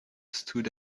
stood